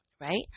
Right